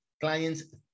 Clients